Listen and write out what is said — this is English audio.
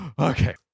Okay